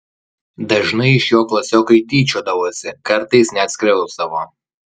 dažnai iš jo klasiokai tyčiodavosi kartais net skriausdavo